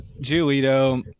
Julito